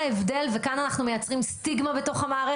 ולתקצב הכשרת מטפלים בקשת רחבה.